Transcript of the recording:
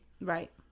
Right